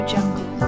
Jungle